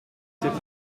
cette